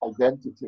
identity